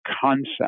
concept